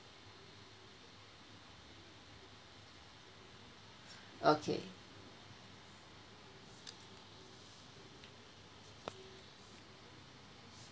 okay